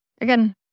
again